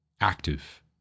active